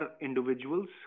individuals